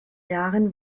jahren